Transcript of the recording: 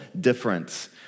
difference